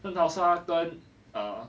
圣淘沙跟 err